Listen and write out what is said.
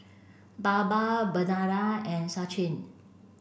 Baba Vandana and Sachin